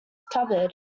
cupboard